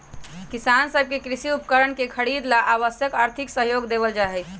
किसान सब के कृषि उपकरणवन के खरीदे ला भी आवश्यक आर्थिक सहयोग देवल जाहई